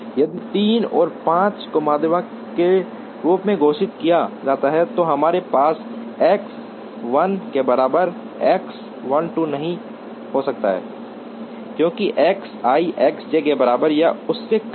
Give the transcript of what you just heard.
यदि 3 और 5 को माध्यिका के रूप में घोषित किया जाता है तो हमारे पास X 1 के बराबर X 1 2 नहीं हो सकता है क्योंकि X i X J के बराबर या उससे कम है